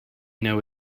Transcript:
know